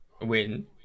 win